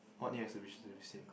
what new exhibitions have you seen